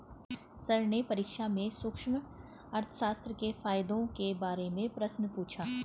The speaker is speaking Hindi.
सर ने परीक्षा में सूक्ष्म अर्थशास्त्र के फायदों के बारे में प्रश्न पूछा